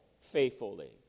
faithfully